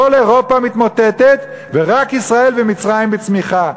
כל אירופה מתמוטטת, ורק ישראל ומצרים בצמיחה.